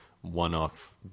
one-off